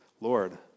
Lord